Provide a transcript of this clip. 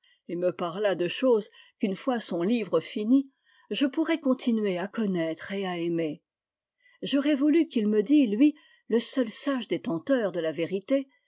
et me parlât de choses qu'une fois son livre fini je pourrais continuer à connaître et à aimer j'aurais voulu qu'il me dît lui le seul sage détenteur de la vérité